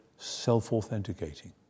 Self-authenticating